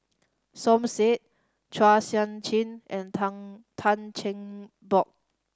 Som Said Chua Sian Chin and Tang Tan Cheng Bock